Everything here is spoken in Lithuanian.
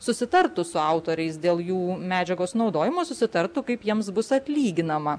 susitartų su autoriais dėl jų medžiagos naudojimo susitartų kaip jiems bus atlyginama